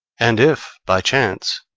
and if by chance,